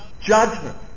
judgment